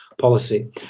policy